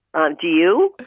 um do you?